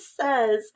says